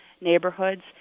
neighborhoods